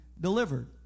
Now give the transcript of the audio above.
delivered